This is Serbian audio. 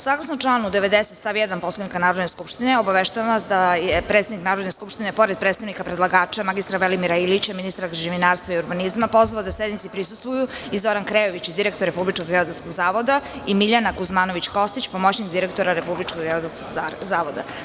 Saglasno članu 90. stav 1. Poslovnika Narodne skupštine, obaveštavam vas da je predsednik Narodne skupštine, pored predstavnika predlagača mr Velimira Ilića, ministra građevinarstva i urbanizma, pozvao da sednici prisustvuju i Zoran Krejović, direktor Republičkog geodetskog zavoda i Miljana Kuzmanović Kostić, pomoćnik direktora Republičkog geodetskog zavoda.